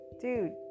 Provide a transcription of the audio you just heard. dude